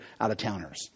out-of-towners